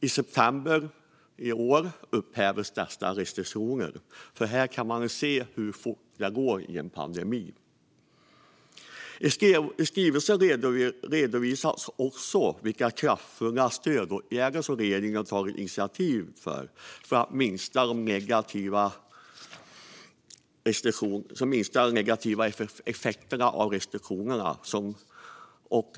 I september i år upphävdes dessa restriktioner. Här kan man se hur fort det går i en pandemi. I skrivelsen redovisas också vilka kraftfulla stödåtgärder som regeringen har tagit initiativ till för att minska de negativa effekterna av restriktionerna.